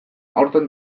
aurten